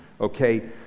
okay